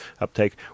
uptake